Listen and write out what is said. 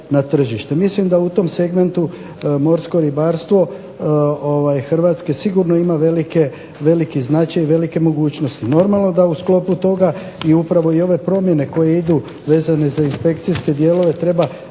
na tržište. Mislim da u tom segmentu morsko ribarstvo Hrvatske sigurno ima veliki značaj i velike mogućnosti. Normalno da u sklopu toga i upravo i ove promjene koje idu vezano za inspekcijske dijelove treba